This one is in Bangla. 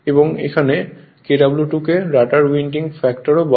এবং এখানে Kw2 কে রটারের উইন্ডিং ফ্যাক্টরও বলে